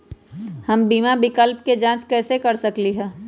हम बीमा विकल्प के जाँच कैसे कर सकली ह?